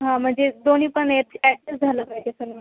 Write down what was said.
हा म्हणजे दोन्ही पण ॲड ॲडजस्ट झालं पाहिजे सर्व